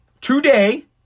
today